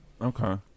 Okay